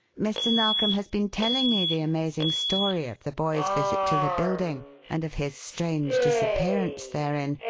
mr. narkom has been telling me the amazing story of the boy's visit to the building and of his strange disappearance therein,